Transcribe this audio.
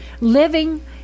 living